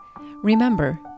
Remember